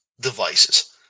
devices